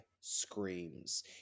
screams